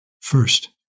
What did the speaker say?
First